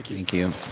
thank you.